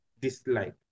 dislike